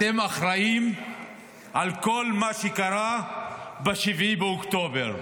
אתם אחראים לכל מה שקרה ב-7 באוקטובר,